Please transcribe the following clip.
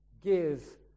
give